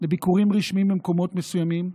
לביקורים רשמיים במקומות מסוימים,